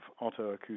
autoacoustic